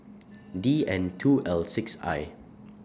D N two L six I